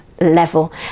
level